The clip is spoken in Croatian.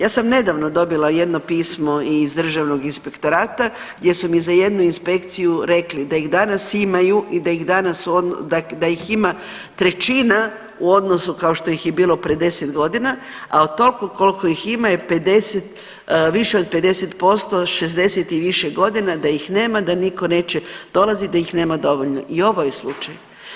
Ja sam nedavno dobila jedno pismo iz Državnog inspektorata gdje su mi za jednu inspekciju rekli da ih danas imaju i da ih danas .../nerazumljivo/... dakle da ih ima trećina u odnosu kao što ih je bilo pred 10 godina, a od toliko koliko ih ima je 50%, više od 50% 60 i više godina, da ih nema, da nitko neće dolaziti, da ih nema dovoljno i ovo je slučaj.